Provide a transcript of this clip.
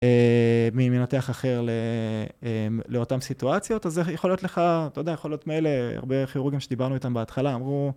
מנתח אחר לאותן סיטואציות, אז יכול להיות לך, אתה יודע, יכול להיות מאלה, הרבה כירורוגים שדיברנו איתם בהתחלה, אמרו...